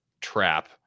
trap